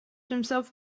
himself